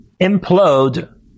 implode